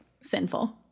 sinful